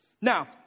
Now